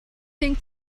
thing